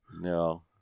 No